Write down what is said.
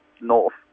north